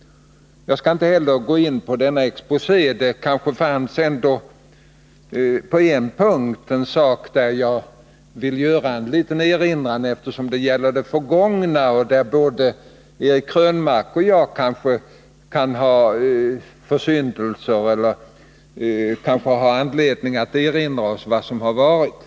Jag skall inte gå in på hela denna exposé, men det kanske ändå fanns en punkt där jag vill göra en erinran, eftersom det gäller det förgångna. Där kan både Eric Krönmark och jag kanske ha anledning att erinra oss vad som har varit.